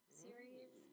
series